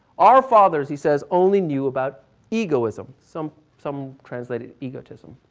our fathers he says only knew about egoism, some some translate it egotism.